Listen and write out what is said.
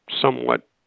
somewhat